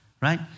right